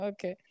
Okay